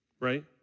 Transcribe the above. right